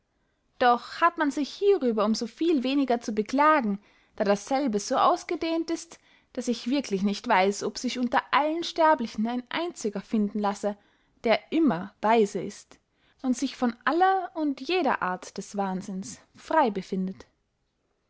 doch hat man sich hierüber um so viel weniger zu beklagen da dasselbe so ausgedehnt ist daß ich wirklich nicht weiß ob sich unter allen sterblichen ein einziger finden lasse der immer weise ist und sich von aller und jeder art des wahnsinns frey befindet